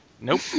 Nope